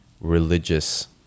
religious